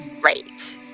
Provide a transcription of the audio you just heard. great